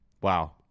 Wow